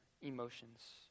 emotions